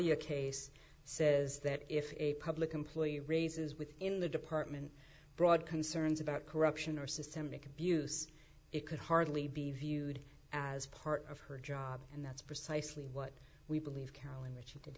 dahlia case says that if a public employee raises within the department broad concerns about corruption or systemic abuse it could hardly be viewed as part of her job and that's precisely what we believe carolyn which you